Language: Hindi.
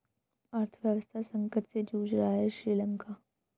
अर्थव्यवस्था संकट से जूझ रहा हैं श्रीलंका